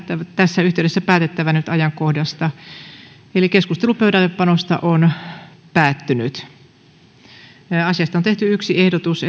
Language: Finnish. tässä yhteydessä päätettävä ajankohdasta keskustelu pöydällepanosta on päättynyt asiasta on tehty yksi ehdotus